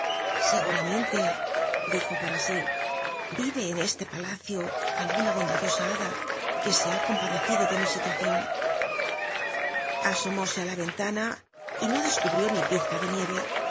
uranwnlc dijo para sí iyc en este palado aiguua bonclado a hada que so ha contpadccido de mi silua cion asomóse it la yen la biblioteca nacional de españa na y no descubrió ni pizca de nieve